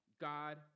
God